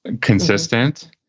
consistent